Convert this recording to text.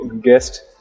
guest